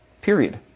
Period